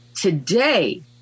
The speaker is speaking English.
Today